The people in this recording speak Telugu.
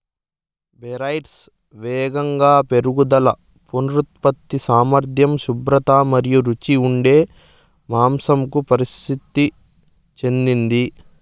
బెర్క్షైర్స్ వేగంగా పెరుగుదల, పునరుత్పత్తి సామర్థ్యం, శుభ్రత మరియు రుచిగా ఉండే మాంసంకు ప్రసిద్ధి చెందింది